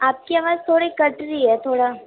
آپ کی آواز تھوڑی کٹ رہی ہے تھوڑا